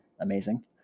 amazing